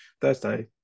Thursday